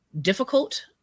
difficult